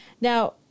Now